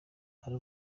hari